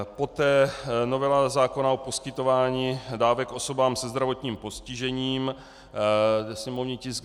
Poté novela zákona o poskytování dávek osobám se zdravotním postižením, sněmovní tisk 297.